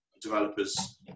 developers